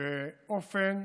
באופן